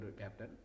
captain